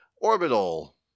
Orbital